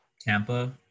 Tampa